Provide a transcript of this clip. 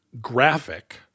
graphic